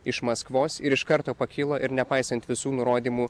iš maskvos ir iš karto pakilo ir nepaisant visų nurodymų